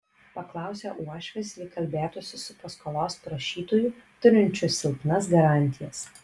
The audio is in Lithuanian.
paklausė uošvis lyg kalbėtųsi su paskolos prašytoju turinčiu silpnas garantijas